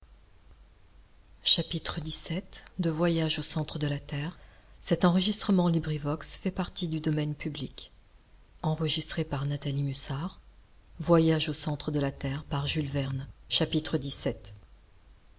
au centre de la